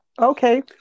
Okay